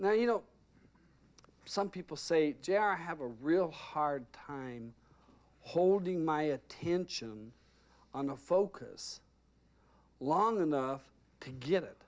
now you know some people say jr i have a real hard time holding my attention on a focus long enough to get it